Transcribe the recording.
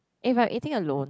if I'm eating alone